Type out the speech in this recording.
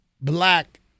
black